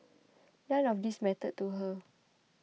none of these mattered to her